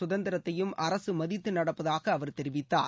சுதந்திரத்தையும் அரசு மதித்து நடப்பதாக அவர் தெரிவித்தார்